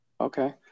okay